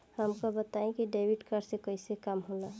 हमका बताई कि डेबिट कार्ड से कईसे काम होला?